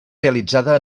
realitzada